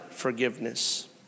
forgiveness